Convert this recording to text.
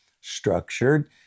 structured